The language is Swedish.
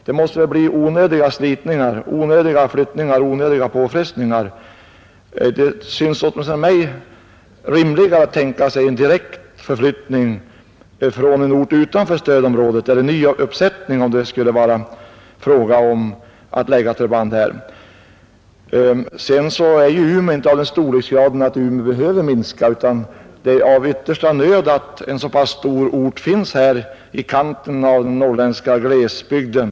Det måste väl bli onödiga slitningar, onödiga flyttningar och påfrestningar. Det synes åtminstone mig mer rimligt att tänka sig en direkt förflyttning från en ort utanför stödområdet eller nya uppsättningar manskap om det skulle vara fråga om att lägga förband där. Umeå är inte av den storleken att det är angeläget att minska på antalet människor där. Det är tvärtom av yttersta vikt att en så stor ort finns i kanten av den norrländska glesbygden.